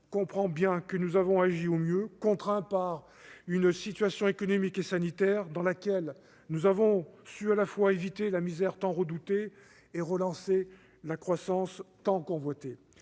comprend bien pourtant que nous avons agi au mieux, contraints par une situation économique et sanitaire dans laquelle nous avons su à la fois éviter la misère tant redoutée et relancer la croissance tant convoitée.